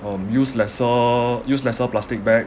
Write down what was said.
um use lesser use lesser plastic bags